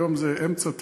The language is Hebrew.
היום זה אמצע תל-אביב,